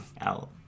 out